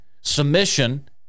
Submission